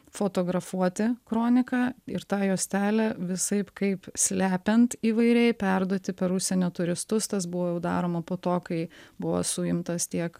fotografuoti kroniką ir tą juostelę visaip kaip slepiant įvairiai perduoti per užsienio turistus tas buvo jau daroma po to kai buvo suimtas tiek